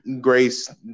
grace